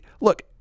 look